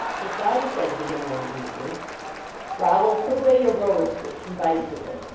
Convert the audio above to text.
his father said to him one evening rollo, put away your roller skates and bicycle,